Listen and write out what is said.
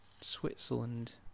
Switzerland